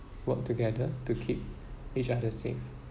work together to keep each other safe